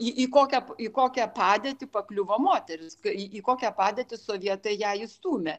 į į kokią į kokią padėtį pakliuvo moteris į į kokią padėtį sovietai ją įstūmė